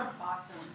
Awesome